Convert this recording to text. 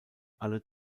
alle